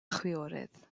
chwiorydd